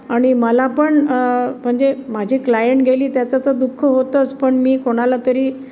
आणि मला पण म्हणजे माझी क्लायंट गेली त्याचं तर दुःख होतंच पण मी कोणाला तरी